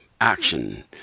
action